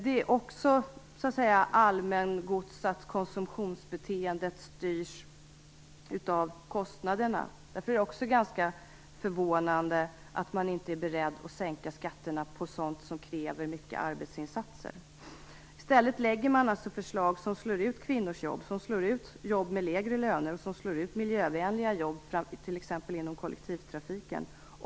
Det är också allmängods att konsumtionsbeteendet styrs av kostnaderna. Därför är det ganska förvånande att man inte är beredd att sänka skatterna på sådant som kräver stora arbetsinsatser. Man lägger i stället förslag som slår ut kvinnors jobb, som slår ut jobb med lägre löner och miljövänliga jobb, som t.ex. jobb inom kollektivtrafiken.